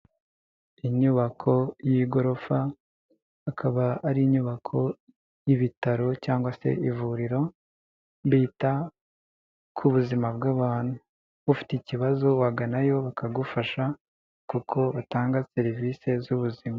Inyubako y'igorofa akaba ari inyubako y ibitaro cyangwa se ivuriro bita ku buzima bw'abantu ufite ikibazo waganayo bakagufasha kuko batanga serivisi z'ubu ubuzima.